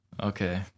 okay